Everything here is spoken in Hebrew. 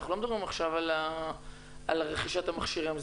אנחנו לא מדברים עכשיו על רכישת המכשירים.